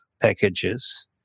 packages